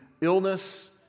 illness